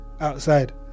outside